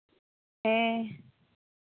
ᱦᱮᱸ